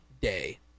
day